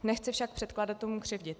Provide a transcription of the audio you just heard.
Nechci však předkladatelům křivdit.